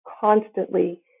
constantly